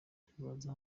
ntibaza